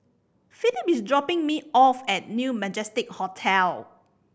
Phillip is dropping me off at New Majestic Hotel